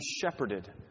shepherded